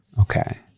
Okay